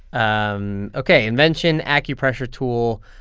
um ok. invention acupressure tool.